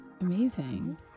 Amazing